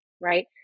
right